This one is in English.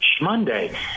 Monday